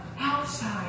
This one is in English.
outside